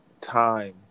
time